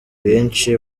benshi